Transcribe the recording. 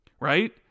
right